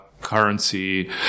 currency